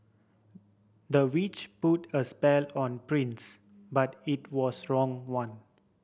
the witch put a spell on prince but it was wrong one